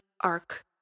ark